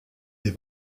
des